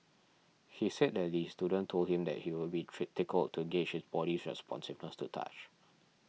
he said that the student told him that he would be tickled to gauge his body's responsiveness to touch